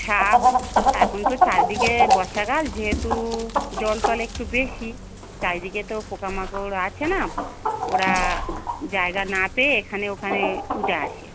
সাপ এখন তো চারিদিকে বর্ষাকাল যেহেতু জল টল একটু বেশি চারিদিকে তো পোকা মাকড় আছে না ওরা জায়গা না পেয়ে এখানে ওখানে উঠে আসে